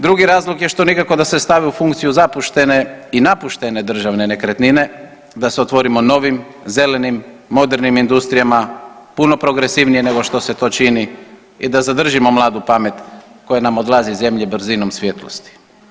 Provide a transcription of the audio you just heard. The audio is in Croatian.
Drugi razlog je što nikako da se stavi u funkciju zapuštene i napuštene državne nekretnine, da se otvorimo novim zelenim, modernim industrijama puno progresivnije nego što se to čini i da zadržimo mladu pamet koja nam odlazi iz zemlje brzinom svjetlosti.